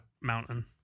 mountain